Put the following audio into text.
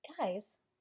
guys